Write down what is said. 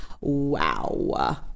Wow